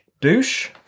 Douche